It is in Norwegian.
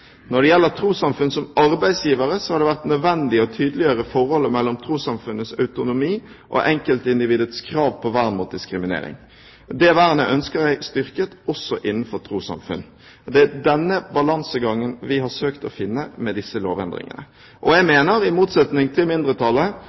Når det gjelder trossamfunn som arbeidsgivere, har det vært nødvendig å tydeliggjøre forholdet mellom trossamfunnenes autonomi og enkeltindividets krav på vern mot diskriminering. Det vernet ønsker jeg styrket også innenfor trossamfunn. Det er denne balansegangen vi har søkt å finne med disse lovendringene. Jeg mener – i motsetning til mindretallet